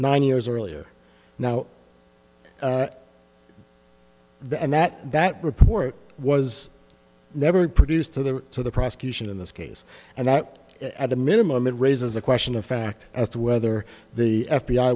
nine years earlier now the and that that report was never produced to the to the prosecution in this case and that at a minimum it raises a question of fact as to whether the f